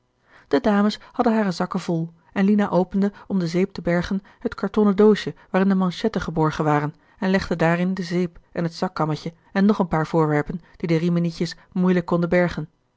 de dames hadden hare zakken vol en lina opende om de zeep te bergen het kartonnen doosje waarin de manchetten geborgen waren en legde daarin de zeep en het zakkammetje en nog een paar voorwerpen die de riminietjes moeielijk konden bergen